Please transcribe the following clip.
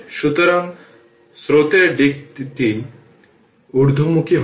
সুতরাং স্রোতের দিকটি ঊর্ধ্বমুখী হচ্ছে